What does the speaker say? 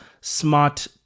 smart